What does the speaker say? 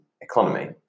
economy